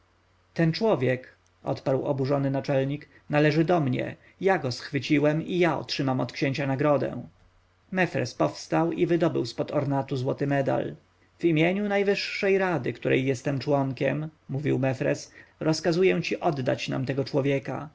ten człowiek odparł oburzony naczelnik należy do mnie ja go schwyciłem i ja otrzymam od księcia nagrodę mefres powstał i wydobył z pod ornatu złoty medal w imieniu najwyższej rady której jestem członkiem mówił mefres rozkazuję ci oddać nam tego człowieka